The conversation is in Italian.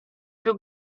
più